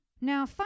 Now